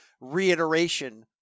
reiteration